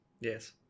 Yes